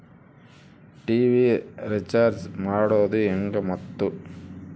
TV recharge ಮಾಡೋದು ಹೆಂಗ ಮತ್ತು?